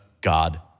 God